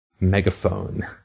megaphone